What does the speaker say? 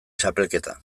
txapelketa